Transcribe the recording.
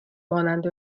مانند